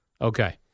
Okay